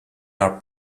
are